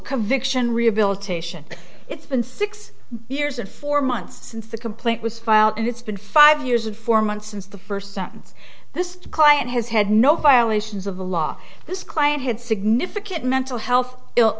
conviction rehabilitation it's been six years and four months since the complaint was filed and it's been five years and four months since the first sentence this client has had no violations of the law this client had significant mental health ill